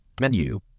Menu